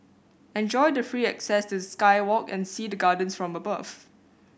enjoy the free access to the sky walk and see the gardens from above